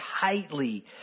tightly